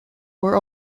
were